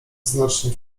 znacznie